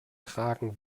tragen